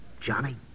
Johnny